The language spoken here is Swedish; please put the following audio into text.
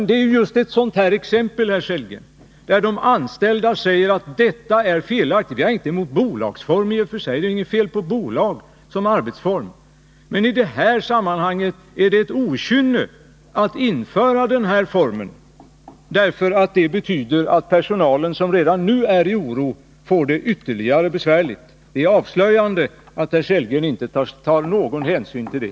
Det är ett belysande exempel på hur herr Sellgren inte vill ta någon hänsyn till de anställda, som säger att detta är felaktigt. Vi har ingenting emot bolagsformen i och för sig — det är inget fel på ett bolag som arbetsform. Men det är okynne att införa det i detta sammanhang — det betyder att personalen, som redan nu är oroad, får det ännu besvärligare. Det är avslöjande att herr Sellgren inte vill ta någon hänsyn till det.